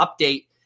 update